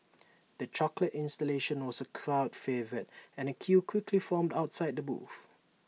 the chocolate installation was A crowd favourite and A queue quickly formed outside the booth